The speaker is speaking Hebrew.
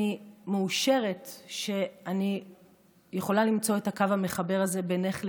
אני מאושרת שאני יכולה למצוא את הקו המחבר הזה בינך לביני,